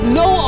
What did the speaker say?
no